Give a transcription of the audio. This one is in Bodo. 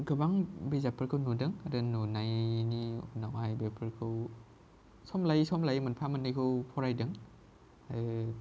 गोबां बिजाब फोरखौ नुदों आरो नुनाय नि उनावहाय बेफोरखौ सम लायै सम लायै मोनफा मोननैखौ फरायदों आरो